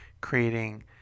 creating